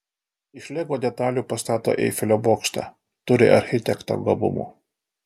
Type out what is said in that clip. iš lego detalių pastato eifelio bokštą turi architekto gabumų